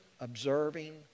observing